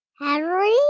Henry